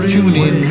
TuneIn